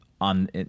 on